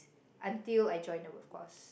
until I join the workforce